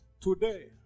today